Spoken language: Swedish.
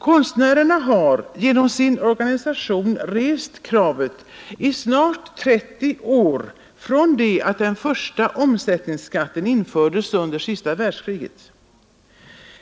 Konstnärerna har genom sin organisation rest kravet under snart 30 år, från det att den första omsättningsskatten infördes under andra världskriget.